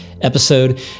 episode